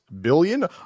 billion